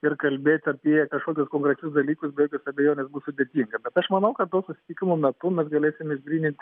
ir kalbėt apie kažkokius konkrečius dalykus be jokios abejonės bus sudėtinga bet aš manau kad to susitikimo metu mes galėsim išgrynint